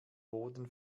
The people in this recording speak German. boden